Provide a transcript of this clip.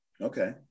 Okay